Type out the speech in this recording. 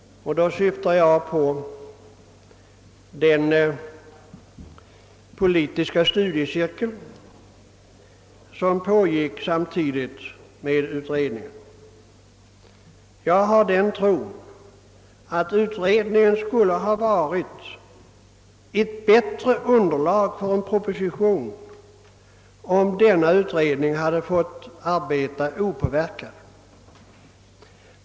Jag syftar här på den politiska studiecirkel som pågick samtidigt med utredningen. Jag har den tron att utredningen skulle ha presenterat ett bättre underlag för en proposition, om den hade fått arbeta opåverkad.